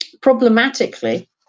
Problematically